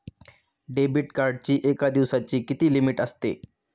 Debit कार्डची एका दिवसाची किती लिमिट असते?